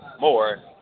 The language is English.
more